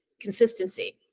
consistency